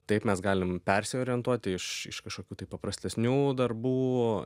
taip mes galim persiorientuoti iš iš kažkokių tai paprastesnių darbų